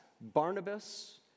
Barnabas